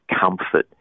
comfort